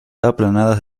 aplanadas